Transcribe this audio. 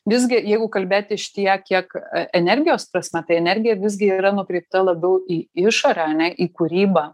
visgi jeigu kalbėti iš tiek kiek energijos prasme tai energija visgi yra nukreipta labiau į išorę ane į kūrybą